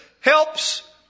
helps